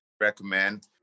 recommend